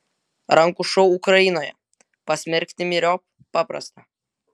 rankų šou ukrainoje pasmerkti myriop paprasta